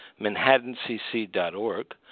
manhattancc.org